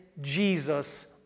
Jesus